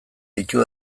ditu